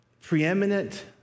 preeminent